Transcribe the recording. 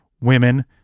women